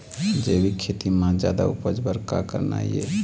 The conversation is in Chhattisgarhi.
जैविक खेती म जादा उपज बर का करना ये?